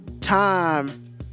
time